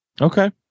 Okay